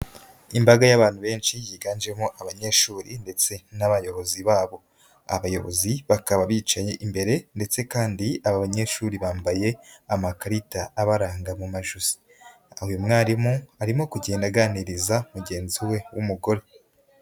Imbaga y'abantu benshi yiganjemo abanyeshuri ndetse n'abayobozi babo, abayobozi bakaba bicaye imbere ndetse kandi aba banyeshuri bambaye amakarita abaranga mu majosi, akaba uyu mwarimu arimo kugenda aganiriza mugenzi we w'umugore.